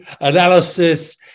analysis